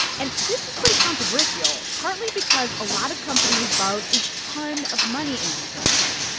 and this is pretty controversial, partly because a lot of companies borrowed a ton of money in recent years.